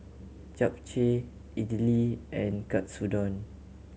Japchae Idili and Katsudon